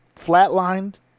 flatlined